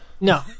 No